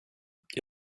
jag